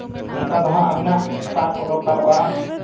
ᱚᱱᱠᱟᱫᱚ ᱦᱟᱸᱜ ᱟᱵᱮᱱᱟᱜ ᱛᱟᱨᱠᱚ ᱫᱚᱨᱠᱟᱨᱚᱜᱼᱟ